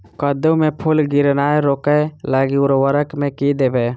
कद्दू मे फूल गिरनाय रोकय लागि उर्वरक मे की देबै?